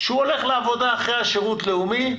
הוא הולך לעבודה אחרי השירות הלאומי,